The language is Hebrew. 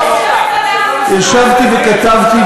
ישבתי וכתבתי,